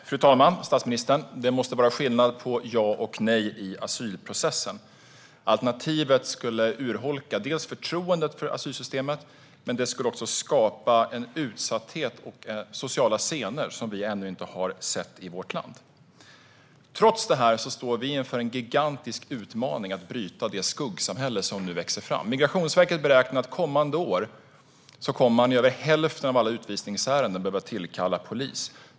Fru talman och statsministern! Det måste vara skillnad på ja och nej i asylprocessen. Alternativet skulle dels urholka förtroendet för asylsystemet, dels skapa en utsatthet och sociala scener som vi ännu inte har sett i vårt land. Trots detta står vi inför en gigantisk utmaning: att bryta det skuggsamhälle som nu växer fram. Migrationsverket beräknar att under kommande år kommer man i över hälften av alla utvisningsärenden att behöva tillkalla polis.